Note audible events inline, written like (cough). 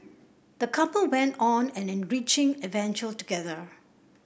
the couple went on an enriching (unintelligible) together